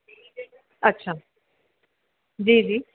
अच्छा जी जी